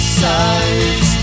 size